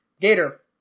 Gator